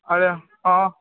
अरे हँ